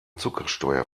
zuckersteuer